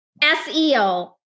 SEO